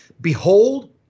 Behold